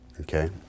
okay